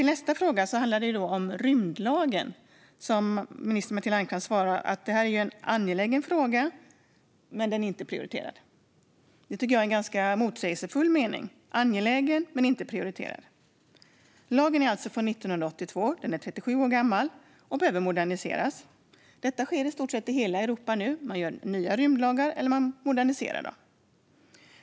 Nästa fråga handlar om rymdlagen. Minister Matilda Ernkrans svarar att detta är en fråga som är angelägen men inte prioriterad, vilket jag tycker är ett ganska motsägelsefullt uttalande. Lagen är från 1982, alltså 37 år gammal, och behöver moderniseras. Detta sker i stort sett i hela Europa nu. Man gör nya rymdlagar eller moderniserar de gamla.